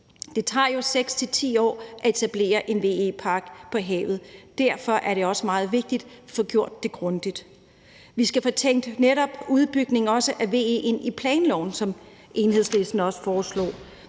Det tager 6-10 år at etablere en VE-park på havet, og derfor er det også meget vigtigt, at vi får det gjort grundigt. Vi skal netop også få tænkt udbygning af VE ind i planloven, hvilket Enhedslisten også foreslog.